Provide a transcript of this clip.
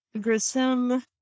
Grissom